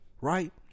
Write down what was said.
Right